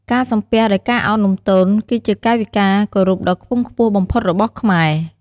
ការសំពះដោយការឱនលំទោន គឺជាកាយវិការគោរពដ៏ខ្ពង់ខ្ពស់បំផុតរបស់ខ្មែរ។